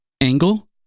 angle